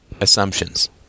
assumptions